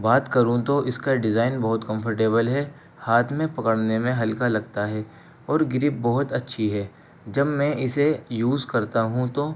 بات کروں تو اس کا ڈیزائن بہت کمفرٹیبل ہے ہاتھ میں پکڑنے میں ہلکا لگتا ہے اور گریپ بہت اچھی ہے جب میں اسے یوز کرتا ہوں تو